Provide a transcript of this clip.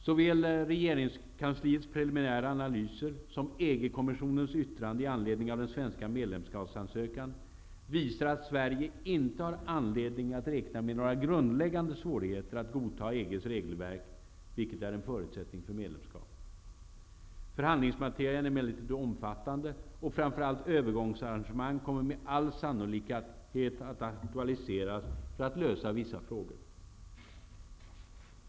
Såväl regeringskansliets preliminära analyser som EG-kommissionens yttrande i anledning av den svenska medlemskapsansökan visar att Sverige inte har anledning att räkna med några grundläggande svårigheter att godta EG:s regelverk, vilket är en förutsättning för medlemskap. Förhandlingsmaterian är emellertid omfattande, och framför allt övergångsarrangemang kommer med all sannolikhet att aktualiseras för att lösa vissa frågor.